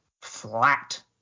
flat